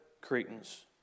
Cretans